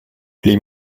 les